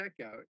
checkout